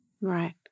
Right